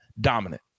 dominant